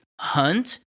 Hunt